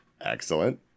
Excellent